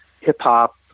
hip-hop